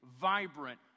vibrant